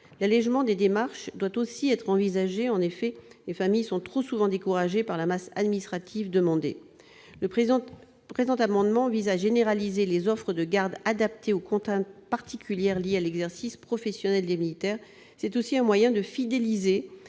L'allégement des démarches doit aussi être envisagé. En effet, les familles sont trop souvent découragées par le volume des formalités administratives. Le présent amendement vise à généraliser les offres de garde adaptées aux contraintes particulières liées à l'exercice professionnel des militaires. C'est aussi un moyen de fidéliser